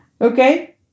Okay